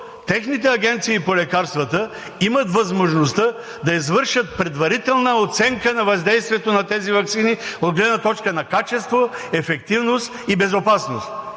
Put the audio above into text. техните агенции по лекарствата имат възможността да извършат предварителна оценка на въздействието на тези ваксини от гледна точка на качество, ефективност и безопасност?